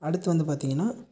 அடுத்து வந்து பார்த்தீங்கன்னா